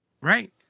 Right